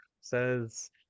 says